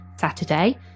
Saturday